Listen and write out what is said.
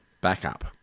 backup